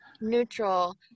neutral